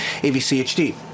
AVCHD